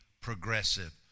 progressive